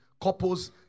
couples